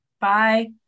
Bye